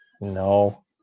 No